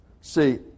See